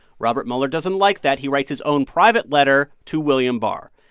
robert mueller doesn't like that. he writes his own private letter to william barr.